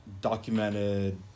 documented